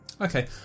Okay